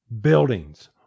buildings